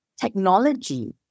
technology